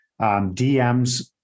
DMs